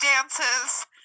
dances